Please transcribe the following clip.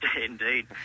Indeed